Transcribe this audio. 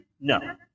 no